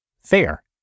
fair